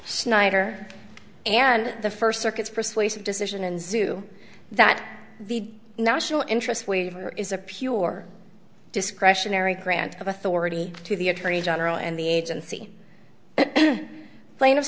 schneider and the first circuits persuasive decision in zoo that the national interest waiver is a pure discretionary grant of authority to the attorney general and the agency plain